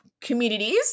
communities